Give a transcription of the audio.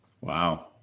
Wow